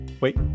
wait